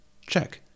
check